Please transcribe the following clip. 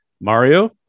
Mario